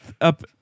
up